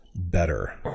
Better